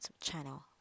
channel